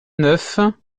neuf